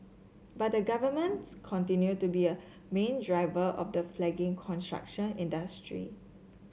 but the Governments continues to be a main driver of the flagging construction industry